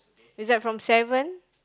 is like from seven